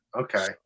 Okay